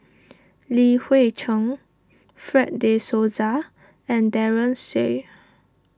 Li Hui Cheng Fred De Souza and Daren Shiau